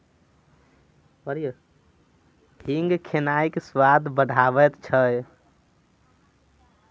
हींग खेनाइक स्वाद बढ़ाबैत छै